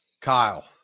kyle